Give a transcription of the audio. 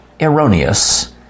erroneous